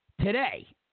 Today